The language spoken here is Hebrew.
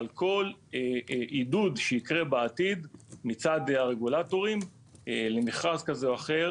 על כל עידוד שיקרה בעתיד מצד הרגולטורים למכרז כזה או אחר,